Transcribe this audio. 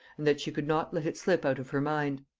and that she could not let it slip out of her mind.